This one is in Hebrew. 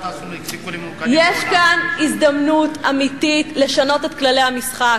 יש כאן הזדמנות אמיתית לשנות את כללי המשחק,